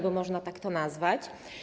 Bo można tak to nazwać?